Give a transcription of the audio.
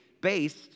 based